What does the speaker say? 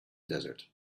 desert